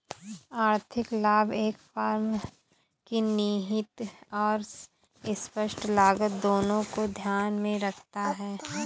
आर्थिक लाभ एक फर्म की निहित और स्पष्ट लागत दोनों को ध्यान में रखता है